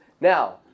Now